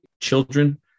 children